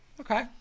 Okay